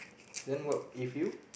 then what if you